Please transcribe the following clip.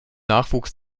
nachwuchs